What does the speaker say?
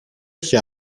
έχει